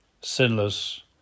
sinless